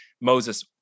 Moses